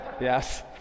Yes